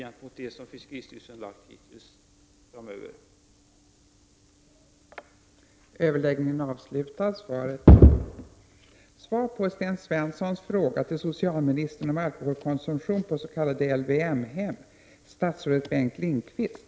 1989/90:66 modifierat förslag jämfört med det som fiskeristyrelsen har lagt fram. 13 februari 1990